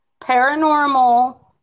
paranormal